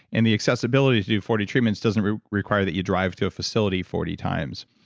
and the accessibility to do forty treatments doesn't require that you drive to a facility forty times.